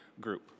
group